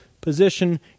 position